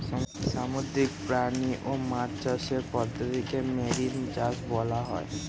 সামুদ্রিক প্রাণী ও মাছ চাষের পদ্ধতিকে মেরিন চাষ বলা হয়